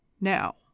Now